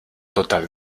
total